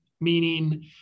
meaning